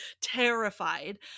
terrified